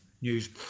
news